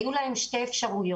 היו להם שתי אפשרויות: